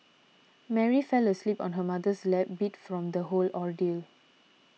Mary fell asleep on her mother's lap beat from the whole ordeal